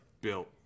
built